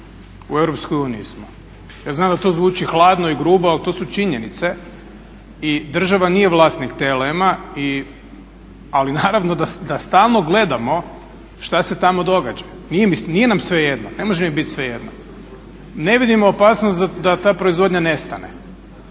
uniji smo. Ja znam da to zvuči hladno i grubo, ali to su činjenice i država nije vlasnik TLM-a, ali naravno da stalno gledamo šta se tamo događa. Nije nam svejedno, ne može mi bit svejedno. Ne vidimo opasnost da ta proizvodnja nestane,